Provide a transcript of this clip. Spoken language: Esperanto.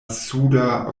suda